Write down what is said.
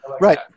Right